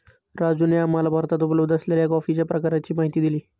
राजूने आम्हाला भारतात उपलब्ध असलेल्या कॉफीच्या प्रकारांची माहिती दिली